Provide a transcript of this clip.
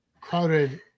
crowded